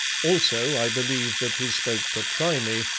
also i believe that he spoke to try me,